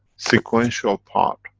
sequential part,